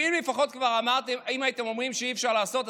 אם הייתם אומרים שאי-אפשר לעשות,